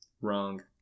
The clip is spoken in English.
Wrong